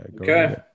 Okay